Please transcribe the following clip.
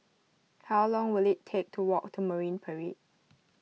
how long will it take to walk to Marine Parade